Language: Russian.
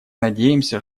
надеемся